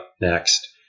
next